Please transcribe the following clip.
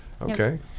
Okay